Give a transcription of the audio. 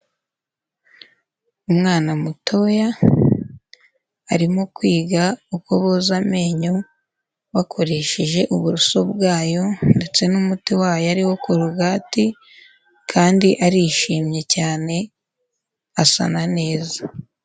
Umwana mutoya arimo kwiga uko boza amenyo bakoresheje uburoso bwayo ndetse n'umuti wayo ari wo korogate kandi arishimye cyane asa na neza.